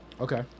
Okay